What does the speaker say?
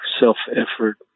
self-effort